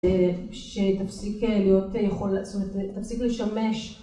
שתפסיק להיות, יכולה, זאת אומרת תפסיק לשמש